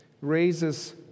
raises